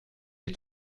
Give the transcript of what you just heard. est